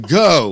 go